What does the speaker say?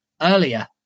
earlier